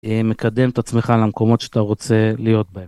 מקדם את עצמך למקומות שאתה רוצה להיות בהם.